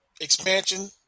expansion